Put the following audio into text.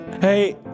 Hey